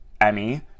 Emmy